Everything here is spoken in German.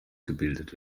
gebildet